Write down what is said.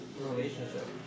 relationship